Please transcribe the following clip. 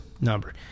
number